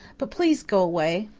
but please go away.